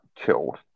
killed